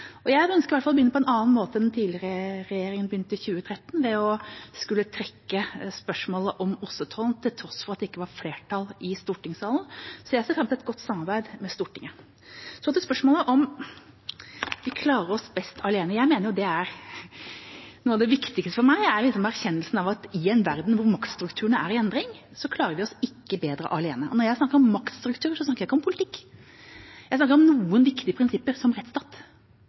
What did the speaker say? Jeg ønsker i hvert fall å begynne på en annen måte enn det den tidligere regjeringa gjorde i 2013, ved å skulle trekke spørsmålet om ostetollen til tross for at det ikke var flertall i stortingssalen, så jeg ser fram til et godt samarbeid med Stortinget. Så til spørsmålet om vi klarer oss best alene. Noe av det viktigste for meg er erkjennelsen av at i en verden hvor maktstrukturene er i endring, klarer vi oss ikke bedre alene. Og når jeg snakker om maktstruktur, snakker jeg ikke om politikk, jeg snakker om noen viktige prinsipper som rettsstat.